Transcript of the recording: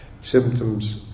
symptoms